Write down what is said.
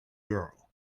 girl